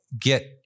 get